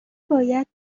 باید